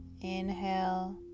inhale